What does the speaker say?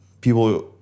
people